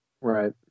Right